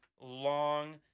long